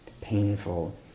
painful